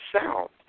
south